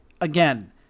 again